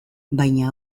baina